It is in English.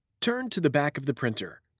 turn to the back of the printer.